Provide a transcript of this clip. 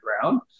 ground